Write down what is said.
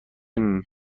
مبر